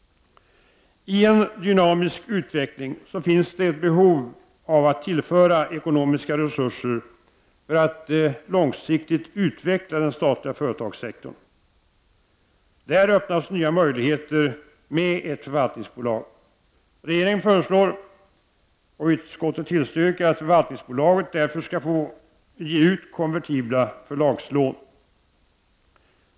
I en dynamisk utveckling finns det ett behov av att tillföra ekonomiska resurser för att långsiktigt utveckla den statliga företagssektorn. Där öppnas nya möjligheter med ett förvaltningsbolag. Regeringen föreslår och utskottet tillstyrker att förvaltningsbolaget därför skall få ge ut konvertibla förlagslån.